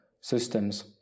systems